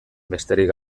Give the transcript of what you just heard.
besterik